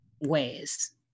ways